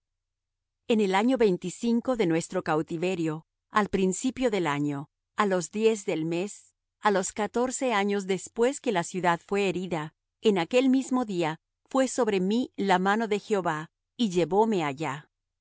en el año veinticinco de nuestro cautiverio al principio del año á los diez del mes á los catorce años después que la ciudad fué herida en aquel mismo día fué sobre mí la mano de jehová y llevóme allá